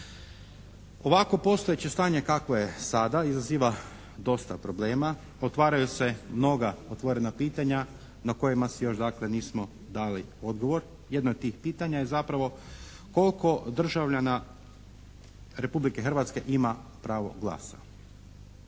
Ovakvo postojeće stanje kakvo je sada izaziva dosta problema, otvaraju se mnoga otvorena pitanja na kojima si još dakle nismo dali odgovor. Jedno od tih pitanja je zapravo koliko državljana Republike Hrvatske ima pravo glasa?